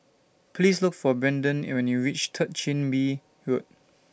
Please Look For Brandyn when YOU REACH Third Chin Bee Road